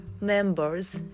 members